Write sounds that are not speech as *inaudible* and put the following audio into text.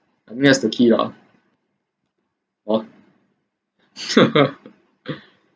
I mean has the key lah [ho] *laughs*